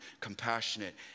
compassionate